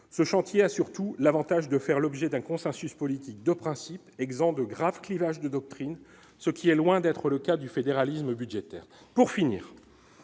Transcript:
ce chantier a surtout l'Avantage de faire l'objet d'un consensus politique de principe exempt de graves clivages de doctrine, ce qui est loin d'être le cas du fédéralisme budgétaire pour finir